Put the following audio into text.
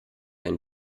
ein